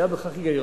היה בכך היגיון.